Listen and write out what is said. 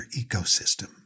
ecosystem